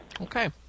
Okay